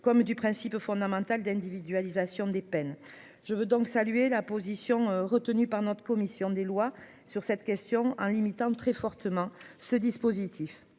comme du principe fondamental d'individualisation des peines je veux donc saluer la position retenue par notre commission des lois, sur cette question en limitant très fortement ce dispositif